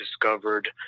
discovered